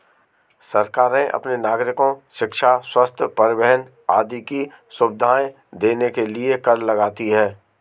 सरकारें अपने नागरिको शिक्षा, स्वस्थ्य, परिवहन आदि की सुविधाएं देने के लिए कर लगाती हैं